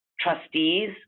trustees